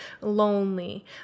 lonely